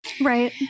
right